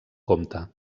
compte